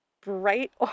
bright